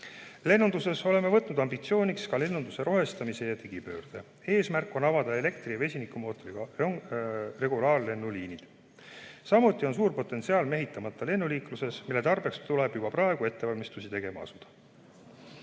Lennunduses oleme võtnud ambitsiooniks lennunduse rohestamise ja digipöörde. Eesmärk on avada elektri- ja vesinikumootoritega õhusõidukite regulaarlennuliinid. Samuti on suur potentsiaal mehitamata lennuliikluses, mille tarbeks tuleb juba praegu ettevalmistusi tegema asuda.